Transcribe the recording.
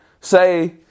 say